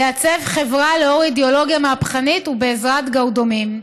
לעצב חברה לאור אידיאולוגיה מהפכנית ובעזרת גרדומים.